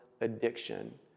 addiction